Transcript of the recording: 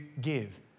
give